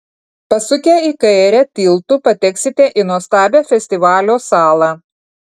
pasukę į kairę tiltu pateksite į nuostabią festivalio salą